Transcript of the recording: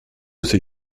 ces